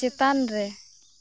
ᱪᱮᱛᱟᱱᱨᱮ